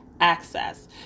access